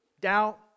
doubt